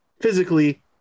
physically